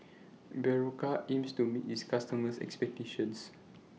Berocca aims to meet its customers' expectations